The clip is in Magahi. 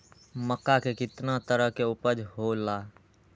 मक्का के कितना तरह के उपज हो ला?